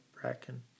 bracken